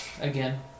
again